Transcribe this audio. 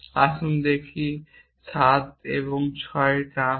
আসুন দেখি এবং যদি 7 এবং 6 টার্ম হয়